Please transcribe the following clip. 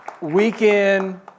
Weekend